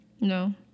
No